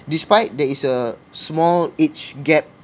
despite there is a small age gap